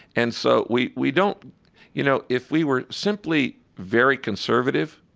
and so we we don't you know, if we were simply very conservative,